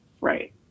Right